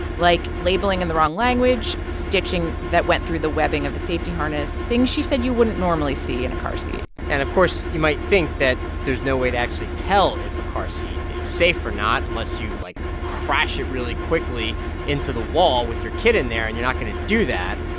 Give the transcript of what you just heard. like labelling in the wrong language, stitching that went through the webbing of the safety harness, things she said you wouldn't normally see in a car seat and, of course, you might think that there's no way to actually tell if a car seat is safe or not unless you, like, like, crash it really quickly into the wall with your kid in there, and you're not going to do that.